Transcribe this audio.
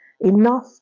enough